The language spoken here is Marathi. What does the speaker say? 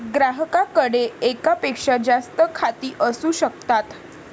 ग्राहकाकडे एकापेक्षा जास्त खाती असू शकतात